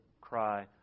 cry